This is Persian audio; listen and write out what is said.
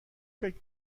فکر